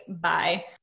Bye